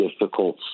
difficult